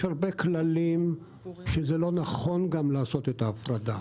יש הרבה כללים שזה לא נכון גם לעשות את ההפרדה.